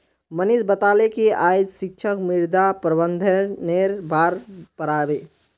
मनीष बताले कि आइज शिक्षक मृदा प्रबंधनेर बार पढ़ा बे